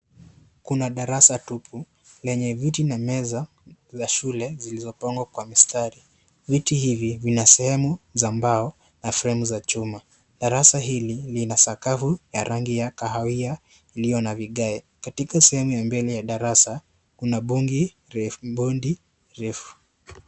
Kuna darasa tupu lenye viti na meza za shule zilizopangwa kwa mstari . Viti hivi vina sehemu za mbao na fremu za chuma . Darasa hili lina sakafu ya rangi ya kahawia iliyo na vigae . Katika sehemu ya mbele ya darasa kuna bongi bodi refu.